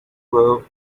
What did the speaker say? love